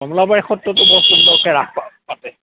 কমলাবাৰী সত্ৰতো বৰ সুন্দৰকে ৰাস পাতে